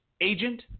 agent